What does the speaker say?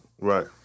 Right